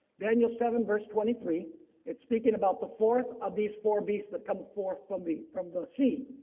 daniel seven verse twenty three it's speaking about the fourth of these four beats that come forth from the from the sea.